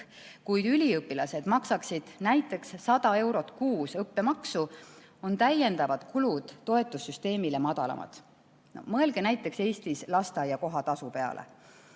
kuid üliõpilased maksaksid näiteks 100 eurot kuus õppemaksu, on täiendavad kulud toetussüsteemile madalamad. Mõelge näiteks Eestis lasteaia kohatasu peale.